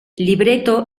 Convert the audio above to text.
libreto